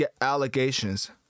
allegations